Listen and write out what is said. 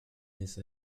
this